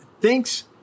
thanks